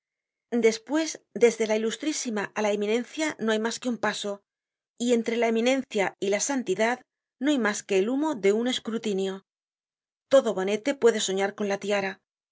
despues desde la ilustrísima á la eminencia no hay mas que un paso y entre la eminencia y la santidad no hay mas que el humo de un escrutinio todo bonete puede soñar con la tiara